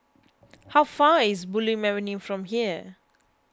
how far is Bulim Avenue from here